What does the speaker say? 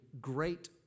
great